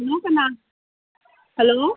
hello ꯀꯅꯥ hello